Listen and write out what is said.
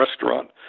restaurant